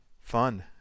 fun